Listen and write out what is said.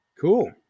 Cool